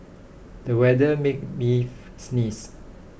the weather made me sneeze